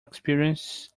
experiences